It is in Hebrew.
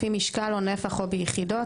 לפי משקל או נפח או ביחידות,